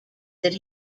that